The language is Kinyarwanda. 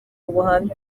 ubuhamya